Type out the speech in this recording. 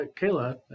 Kayla